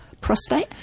prostate